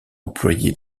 employé